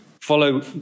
Follow